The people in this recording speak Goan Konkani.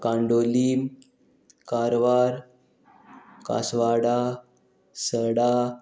कांडोलीं कारवार कासवाडा सडा